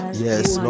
yes